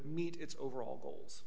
meet its overall goals